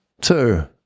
Two